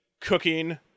cooking